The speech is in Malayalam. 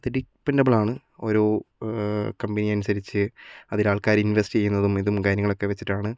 ഇത് ഡിപ്പെൻ്റബിളാണ് ഓരോ കമ്പനിയനുസരിച്ച് അതിൽ ആൾക്കാർ ഇൻവെസ്റ്റ് ചെയ്യുന്നതും ഇതും കാര്യങ്ങളൊക്കെ വച്ചിട്ടാണ്